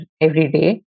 everyday